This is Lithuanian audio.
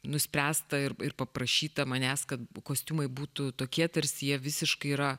nuspręsta ir paprašyta manęs kad kostiumai būtų tokie tarsi jie visiškai yra